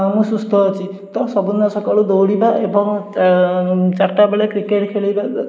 ମୁଁ ସୁସ୍ଥ ଅଛି ତ ସବୁଦିନ ସକାଳୁ ଦୌଡ଼ିବା ଏବଂ ଚାରିଟା ବେଳେ କ୍ରିକେଟ୍ ଖେଳିବା ଦ